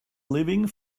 living